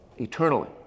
eternally